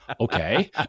okay